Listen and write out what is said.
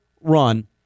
run